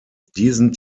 diesen